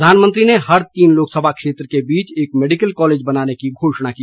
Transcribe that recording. प्रधानमंत्री ने हर तीन लोकसभा क्षेत्र के बीच एक मैडिकल कॉलेज बनाने की घोषणा की